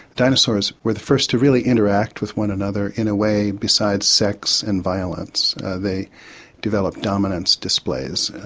dinosaurs were the first to really interact with one another in a way, besides sex and violence they developed dominance displays.